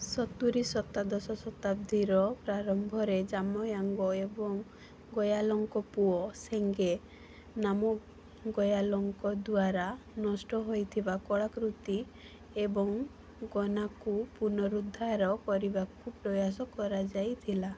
ସତୁରୀ ଶତାଦଶ ଶତାବ୍ଦୀର ପ୍ରାରମ୍ଭରେ ଜାମୟାଙ୍ଗ ଏବଂ ଗୟାଲଙ୍କ ପୁଅ ସେଙ୍ଗେ ନାମଗୟାଲଙ୍କ ଦ୍ୱାରା ନଷ୍ଟ ହେଇଥିବା କଳାକୃତି ଏବଂ ଗୋନାକୁ ପୁନରୁଦ୍ଧାର କରିବାକୁ ପ୍ରୟାସ କରାଯାଇଥିଲା